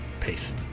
Peace